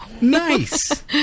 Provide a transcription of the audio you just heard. Nice